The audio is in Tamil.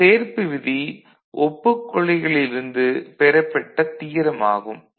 இந்த சேர்ப்பு விதி ஒப்புக் கொள்கைகளில் இருந்து பெறப்பட்ட தியரம் ஆகும்